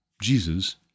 Jesus